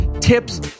tips